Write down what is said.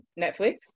Netflix